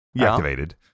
activated